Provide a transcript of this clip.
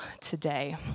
today